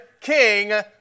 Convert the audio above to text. king